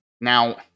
Now